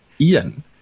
Ian